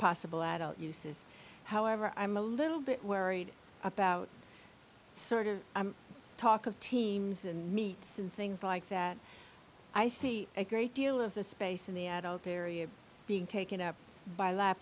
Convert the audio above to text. possible adult uses however i'm a little bit worried about sort of talk of teams and meets and things like that i see a great deal of the space in the adult area being taken up by